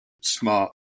smart